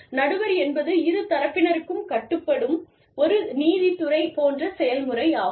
நடுவர் என்பது இரு தரப்பினருக்கும் கட்டுப்படும் ஒரு நீதித்துறை போன்ற செயல்முறையாகும்